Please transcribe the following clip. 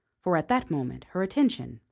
for at that moment her attention,